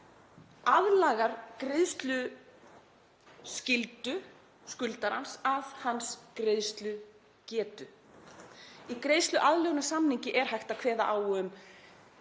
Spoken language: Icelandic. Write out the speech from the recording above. aðlagar hann greiðsluskyldu skuldarans að greiðslugetu hans. Í greiðsluaðlögunarsamningi er hægt að kveða á um